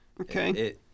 Okay